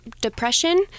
Depression